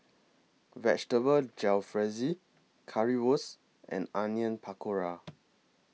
Vegetable Jalfrezi Currywurst and Onion Pakora